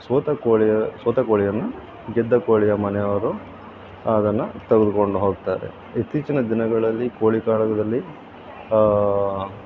ಸೋತ ಕೋಳಿಯ ಸೋತ ಕೋಳಿಯನ್ನು ಗೆದ್ದ ಕೋಳಿಯ ಮನೆಯವರು ಅದನ್ನು ತೆಗೆದುಕೊಂಡು ಹೋಗ್ತಾರೆ ಇತ್ತೀಚಿನ ದಿನಗಳಲ್ಲಿ ಕೋಳಿ ಕಾಳಗದಲ್ಲಿ